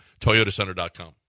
ToyotaCenter.com